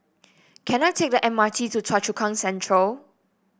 can I take the M R T to Choa Chu Kang Central